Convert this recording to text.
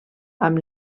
amb